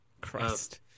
Christ